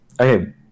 okay